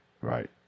right